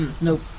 Nope